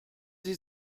sie